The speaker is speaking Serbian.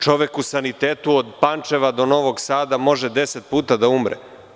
Čovek u sanitetu od Pančeva do Novog Sada može deset puta da umre.